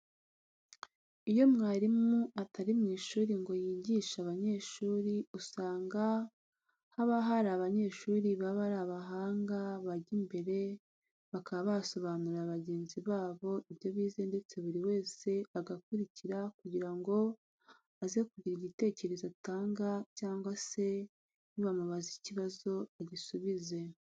Iyo umwarimu atari mu ishuri ngo yigishe abanyeshuri usanga haba hari abanyeshuri baba ari abahanga bajya imbere bakaba basobanurira bagenzi babo ibyo bize ndetse buri wese agakurikira kugira ngo aze kugira igitekerezo atanga cyangwa se nibamubaza ikibazo agisubize.